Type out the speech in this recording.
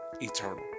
eternal